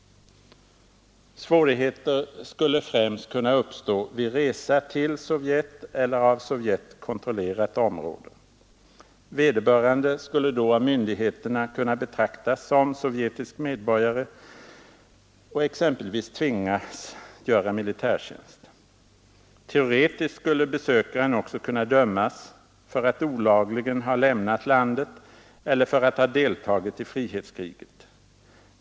Svårigheter skulle främst kunna uppstå vid resa till Sovjet eller av Sovjet kontrollerat område. Vederbörande skulle då av myndigheterna kunna betraktas som sovjetisk medborgare och exempelvis tvingas göra militärtjänst. Teoretiskt skulle besökaren också kunna dömas för att olagligen ha lämnat landet eller för att ha deltagit i frihetskriget.